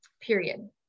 period